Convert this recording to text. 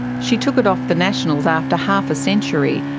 she took it off the nationals after half a century,